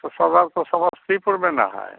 तो सबरपुर समस्तीपुर में ना है